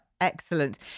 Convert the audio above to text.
Excellent